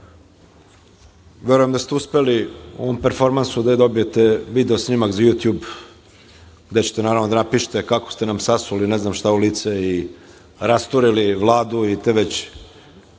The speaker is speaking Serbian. verujem da ste uspeli u ovom performansu da dobijete video snimak za „Jutjub“, gde ćete, naravno, da napišete kako ste nam sasuli ne znam šta u lice i rasturili Vladu te već